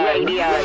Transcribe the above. Radio